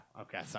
Okay